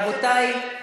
רבותי,